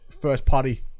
first-party